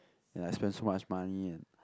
and I spend so much money and